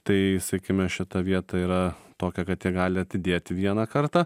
tai sakime šita vieta yra tokia kad jie gali atidėti vieną kartą